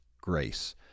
grace